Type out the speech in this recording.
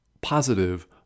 positive